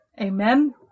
Amen